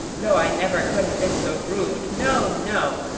though i never could have been so rude, no, no!